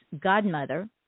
godmother